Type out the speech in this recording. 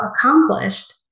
accomplished